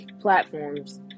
platforms